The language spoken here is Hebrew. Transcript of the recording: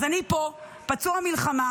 אז אני פה, פצוע מלחמה,